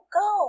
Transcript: go